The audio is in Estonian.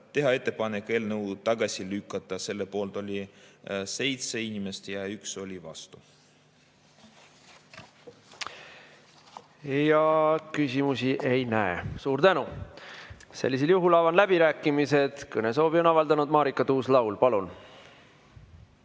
teha ettepanek eelnõu tagasi lükata. Selle poolt oli 7 inimest ja 1 oli vastu. Küsimusi ei näe. Suur tänu! Sellisel juhul avan läbirääkimised. Kõnesoovi on avaldanud Marika Tuus-Laul. Palun!